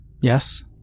Yes